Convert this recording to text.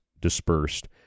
dispersed